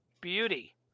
Beauty